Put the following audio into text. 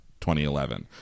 2011